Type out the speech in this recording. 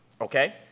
okay